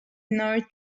noir